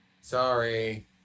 Sorry